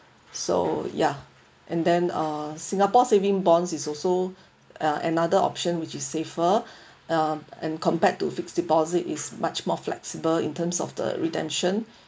so ya and then uh singapore saving bonds is also uh another option which is safer uh and compared to fixed deposit is much more flexible in terms of the redemption